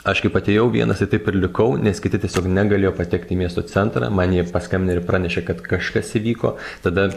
aš kaip atėjau vienas ir taip ir likau nes kiti tiesiog negalėjo patekti į miesto centrą man jie paskambinę ir pranešė kad kažkas įvyko tada